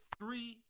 three